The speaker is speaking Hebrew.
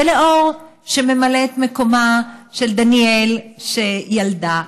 ולאור שממלא את מקומה של דניאל שילדה,